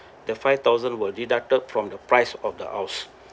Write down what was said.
the five thousand will deducted from the price of the house